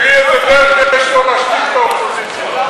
תראי איזו דרך יש לו להשתיק את האופוזיציה.